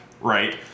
right